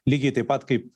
lygiai taip pat kaip